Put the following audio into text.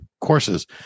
courses